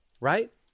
right